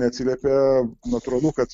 neatsiliepė natūralu kad